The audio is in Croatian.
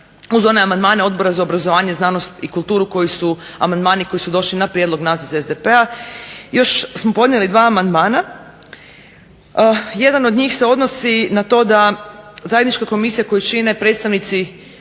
uz one amandmane Odbora za obrazovanje, znanost i kulturu koji su amandmani koji su došli na prijedlog nas iz SDP-a, još smo podnijeli dva amandmana. Jedan od njih se odnosi na to da zajednička komisija koju čine predstavnici